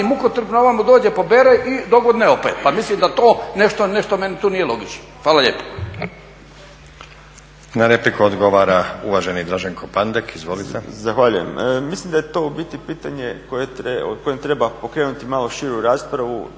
mukotrpno, ovamo dođe pobere i dogodine opet. Pa mislim da to nešto meni tu nije logično. Hvala lijepo. **Stazić, Nenad (SDP)** Na repliku odgovara uvaženi Draženko Pandek, izvolite. **Pandek, Draženko (SDP)** Zahvaljujem. Mislim da je to u biti pitanje o kojem treba pokrenuti malo širu raspravu,